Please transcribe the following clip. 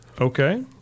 Okay